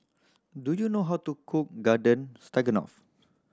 do you know how to cook Garden Stroganoff